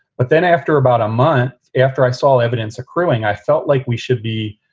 but then after about a month after i saw evidence accruing, i felt like we should be.